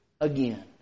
again